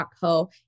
co